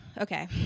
Okay